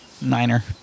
Niner